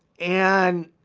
and